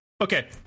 okay